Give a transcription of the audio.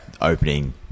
opening